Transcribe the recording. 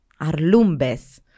Arlumbes